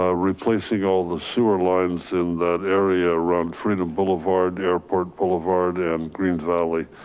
ah replacing all the sewer lines in that area around freedom boulevard, airport boulevard and green valley,